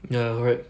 ya correct